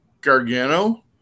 Gargano